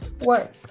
work